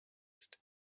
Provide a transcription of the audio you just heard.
ist